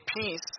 peace